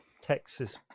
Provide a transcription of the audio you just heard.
Texas